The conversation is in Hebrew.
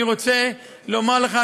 אני רוצה לומר לך,